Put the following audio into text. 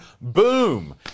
Boom